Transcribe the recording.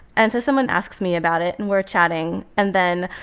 and so someone asks me about it, and we're chatting. and then,